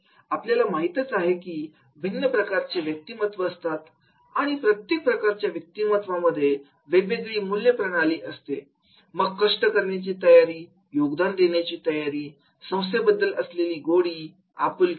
आपल्याला माहीतच आहे की भिन्न प्रकारचे व्यक्तिमत्व असतात आणि प्रत्येक प्रकारच्या व्यक्तिमत्त्वामध्ये वेगवेगळी मूल्य प्रणाली असते मग कष्ट करण्याची तयारी योगदान देण्याची तयारी संस्थेबद्दल असलेली गोडी आपुलकी